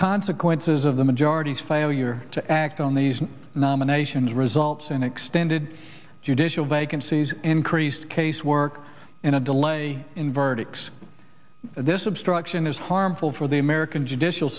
consequences of the majority's failure to act on these nominations results in extended judicial vacancies increased casework in a delay in verdicts this obstruction is harmful for the american judicial